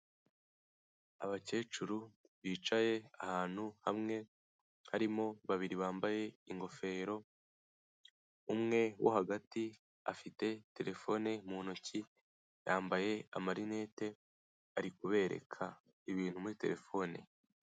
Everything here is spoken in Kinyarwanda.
Abacecuru bicaye ahantu hamwe, harimo babiri bambaye ingofero. Umwe wo hagati afite telefone mu ntoki, yambaye amarinete, ari kubereka ibintu muri telefone.